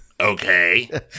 okay